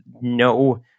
no